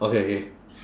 okay okay